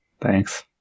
thanks